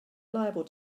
liable